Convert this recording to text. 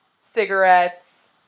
cigarettes